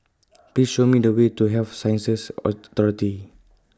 Please Show Me The Way to Health Sciences Authority